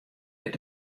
lit